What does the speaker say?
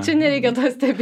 čia nereikia taip